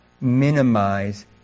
minimize